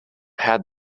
had